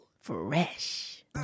Fresh